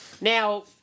Now